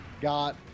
got